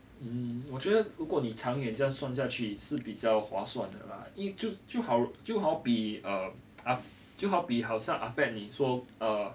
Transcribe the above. um 我觉得如果你长远这样算下去是比较划算的啦因为就好就好比 err 就好比好像 ah fat 你说 err